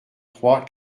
trois